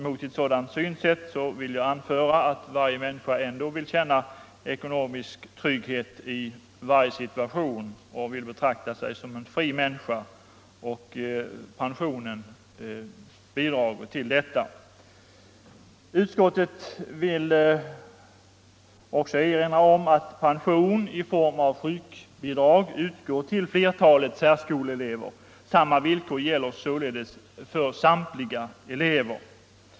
Mot detta synsätt vill jag anföra att varje människa ändå vill känna ekonomisk trygghet i varje situation och vill betrakta sig som en fri människa. Pensionen bidrar till detta. Utskottet vill också erinra om att pension i form av sjukbidrag utgår till flertalet särskoleelever. Samma villkor gäller således för samtliga elever.